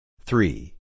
Three